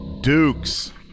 Dukes